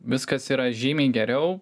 viskas yra žymiai geriau